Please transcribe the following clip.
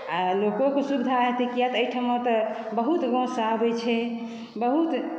आ लोकोके सुविधा हेतै किया तऽ एहिठमा तऽ बहुत गाँवसँ आबै छै बहुत